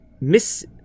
Miss